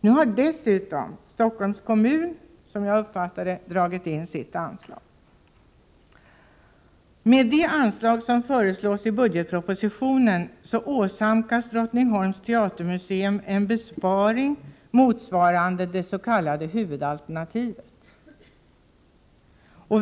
Nu har dessutom Stockholms kommun, som jag uppfattat det, dragit in sitt anslag. Med det anslag som föreslås i budgetpropositionen åsamkas Drottningholms teatermuseum en besparing motsvarande det s.k. huvudalternativet.